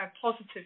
positive